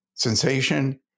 sensation